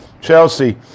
Chelsea